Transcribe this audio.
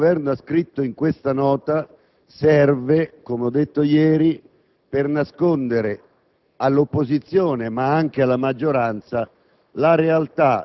ciò che il Governo ha scritto in questa Nota, che serve, come ho detto ieri, a nascondere all'opposizione, ma anche alla maggioranza,